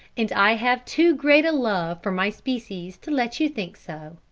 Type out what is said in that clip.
and i have too great a love for my species to let you think so.